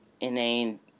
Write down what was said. inane